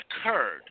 occurred